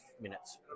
minutes